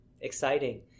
exciting